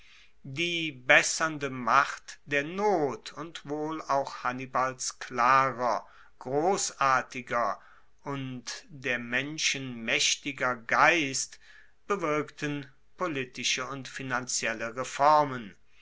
die bessernde macht der not und wohl auch hannibals klarer grossartiger und der menschen maechtiger geist bewirkten politische und finanzielle reformen